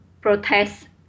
protest